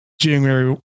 January